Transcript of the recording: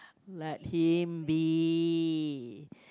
let him be